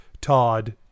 Todd